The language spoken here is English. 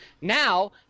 Now